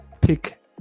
Pick